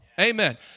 Amen